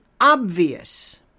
obvious